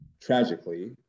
tragically